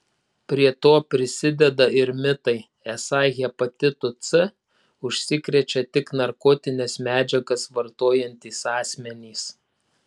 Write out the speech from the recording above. prie to prisideda ir mitai esą hepatitu c užsikrečia tik narkotines medžiagas vartojantys asmenys